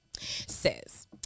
says